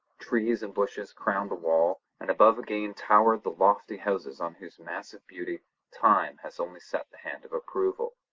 trees and bushes crowned the wall, and above again towered the lofty houses on whose massive beauty time has only set the hand of approval.